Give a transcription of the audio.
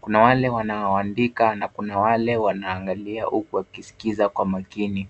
Kuna wale wanaoandika na kuna wale wanaangalia huku wakiskiza kwa makini.